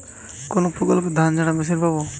কোনপ্রকল্পে ধানঝাড়া মেশিন পাব?